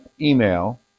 email